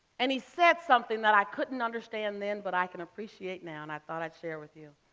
and he said something that i couldn't understand then, but i can appreciate now, and i thought i'd share with you.